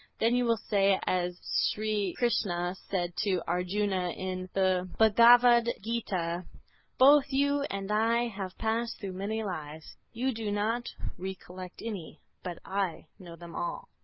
then you will say as sri krishna said to arjuna, in the but gita both you and i have passed through many lives you do not recollect any, but i know them all.